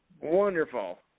Wonderful